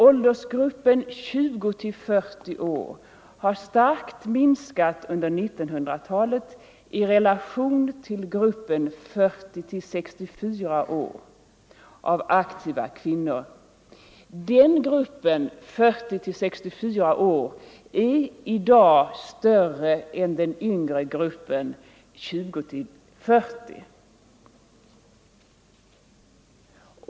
Åldersgruppen 20-40 år har starkt minskat under 1900-talet i relation till gruppen 40-64 år av aktiva kvinnor. Gruppen 40-64 år är i dag större än gruppen 20-40 år.